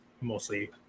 Mostly